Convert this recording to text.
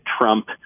Trump